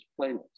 playlist